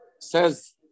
Says